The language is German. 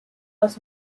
aus